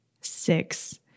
Six